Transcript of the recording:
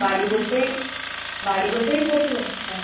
বাড়ি বসেই বাড়ি বসেই করতে পারবো হ্যাঁ